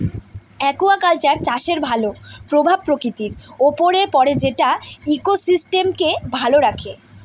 aquaculture চাষের ভালো প্রভাব প্রকৃতির উপর পড়ে যেটা ইকোসিস্টেমকে ভালো রাখে